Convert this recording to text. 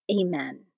Amen